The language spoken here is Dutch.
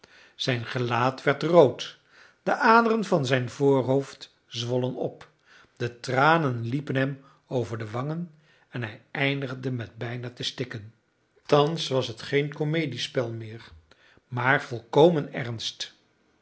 zijn gelaat werd rood de aderen van zijn voorhoofd zwollen op de tranen liepen hem over de wangen en hij eindigde met bijna te stikken thans was het geen komediespel meer maar volkomen ernst